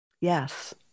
Yes